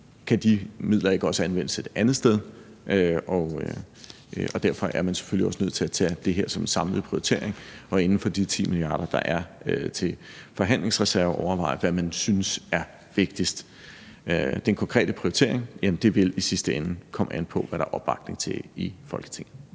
kan de midler ikke også anvendes et andet sted, og derfor er man selvfølgelig også nødt til at tage det her som en samlet prioritering og for de 10 mia. kr., der er til forhandlingsreserve, overveje, hvad man synes er vigtigst. Den konkrete prioritering vil i sidste ende komme an på, hvad der er opbakning til i Folketinget.